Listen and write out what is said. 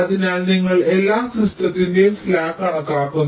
അതിനാൽ നിങ്ങൾ എല്ലാ സിസ്റ്റത്തിന്റെയും സ്ലാക്ക് കണക്കാക്കുന്നു